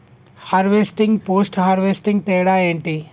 Harvesting, post harvesting తేడా ఏంటి?